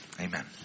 Amen